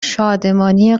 شادمانی